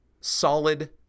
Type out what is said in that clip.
solid